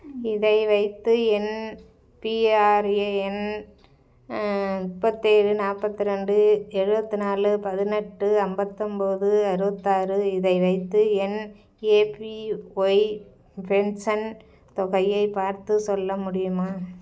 இதை வைத்து என் பிஆர்ஏஎன் முப்பத்தேழு நாற்பத்ரெண்டு எழுபத்நாலு பதினெட்டு ஐம்பத்தொம்போது அறுபத்தாறு இதை வைத்து என் ஏபிஒய் பென்ஷன் தொகையை பார்த்துச் சொல்ல முடியுமா